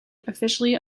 officially